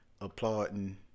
applauding